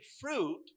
fruit